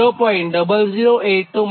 0082µF છે